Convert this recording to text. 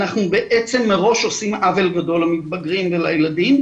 אנחנו בעצם מראש עושים עוול גדול למתבגרים ולילדים,